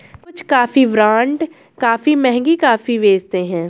कुछ coffee brand काफी महंगी कॉफी बेचते हैं